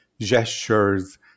gestures